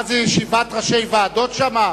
מה זה ישיבת ראשי ועדות שם?